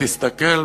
תסתכל,